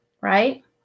right